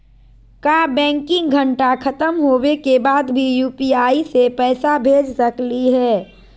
का बैंकिंग घंटा खत्म होवे के बाद भी यू.पी.आई से पैसा भेज सकली हे?